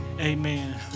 amen